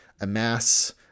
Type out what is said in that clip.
amass